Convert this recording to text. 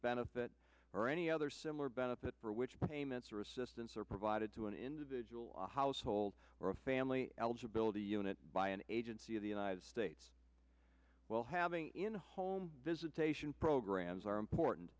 benefit or any other similar benefit for which payments or assistance are provided to an individual or a household or a family eligibility unit by an agency of the united states well having in home visitation programs are important